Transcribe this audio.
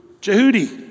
Jehudi